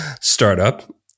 startup